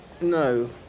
No